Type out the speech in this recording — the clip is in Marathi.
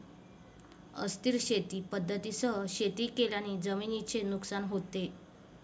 अस्थिर शेती पद्धतींसह शेती केल्याने जमिनीचे नुकसान होते